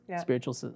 spiritual